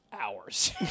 hours